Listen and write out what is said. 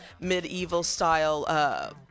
medieval-style